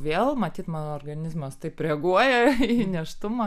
vėl matyt mano organizmas taip reaguoja į nėštumą